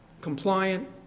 compliant